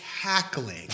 cackling